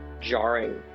jarring